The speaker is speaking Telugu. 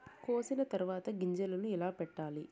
కోసిన తర్వాత గింజలను ఎలా పెట్టాలి